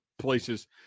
places –